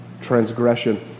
transgression